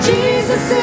Jesus